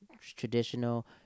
traditional